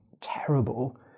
terrible